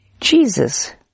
Jesus